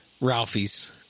Ralphie's